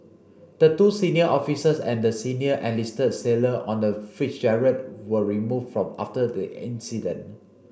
the two senior officers and the senior enlisted sailor on the Fitzgerald were removed from after the incident